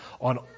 on